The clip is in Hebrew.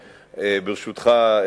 ברשותך,